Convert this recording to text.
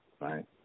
Right